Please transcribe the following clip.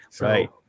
Right